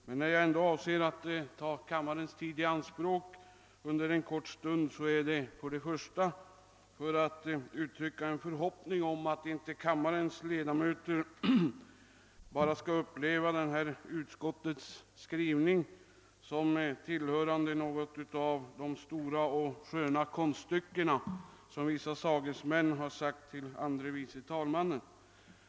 Men när jag ändå avser att ta kammarens tid i anspråk under en kort stund är det närmast för att uttrycka förhoppningen att kammarens ledamöter inte ser denna utskottets skrivning som ett skönt konststycke, som vissa av talarna har sagt.